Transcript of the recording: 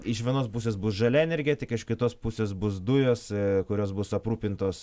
iš vienos pusės bus žalia energetika iš kitos pusės bus dujos kurios bus aprūpintos